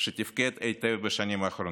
שתפקד היטב בשנים האחרונות.